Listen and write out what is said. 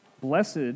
Blessed